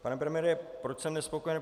Pane premiére, proč jsem nespokojen?